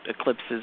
eclipses